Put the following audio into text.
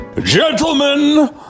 Gentlemen